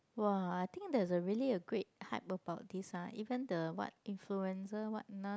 !wah! I think there's a really a great hype about this ah even the what influencer what Nas